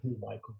Michael